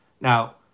Now